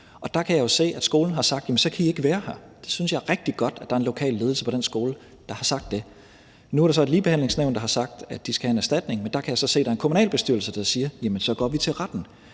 der kan jeg jo se, at skolen har sagt, at så kan I ikke være her. Det synes jeg er rigtig godt, altså at der er en lokal ledelse på den skole, der har sagt det. Nu er der så et ligebehandlingsnævn, der har sagt, at de skal have en erstatning, men der kan jeg så se, at der er en kommunalbestyrelse, der siger: Så går vi til retten.